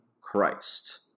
Christ